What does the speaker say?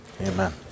amen